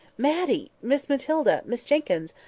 matty miss matilda miss jenkyns!